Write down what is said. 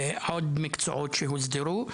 עוד מקצועות שהוסדרו,